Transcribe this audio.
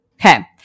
Okay